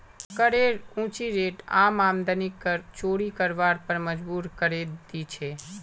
करेर ऊँची रेट आम आदमीक कर चोरी करवार पर मजबूर करे दी छे